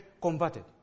converted